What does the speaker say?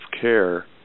care